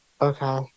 Okay